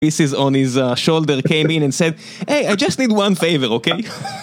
This is on his ... Came in and said: "Hey, I just need one favour, OK?"